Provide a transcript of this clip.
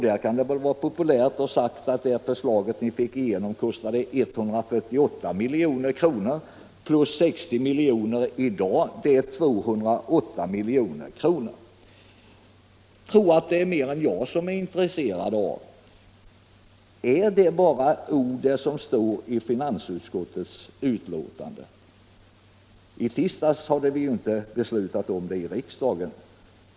Där kan det väl vara populärt att säga att det förslag som ni fick igenom kostade 148 milj.kr. plus 60 milj.kr. i dag vilket blir 208 milj.kr. Jag tror att det är fler än jag som är intresserade av att veta om det bara är ord, det som står i finansutskottets betänkande. I tisdags hade vi ju inte beslutat om detta i riksdagen.